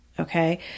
Okay